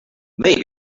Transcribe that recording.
maybe